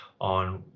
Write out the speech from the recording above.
on